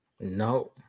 No